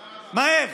מהר.